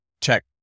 check